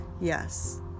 yes